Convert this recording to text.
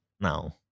now